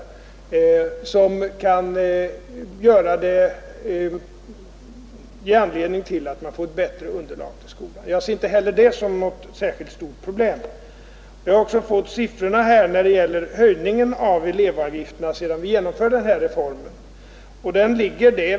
— som kan ge ett bättre elevunderlag. Jag ser inte heller det som något särskilt stort problem. Jag har också fått siffror när det gäller höjningen av elevavgifterna sedan reformen genomfördes.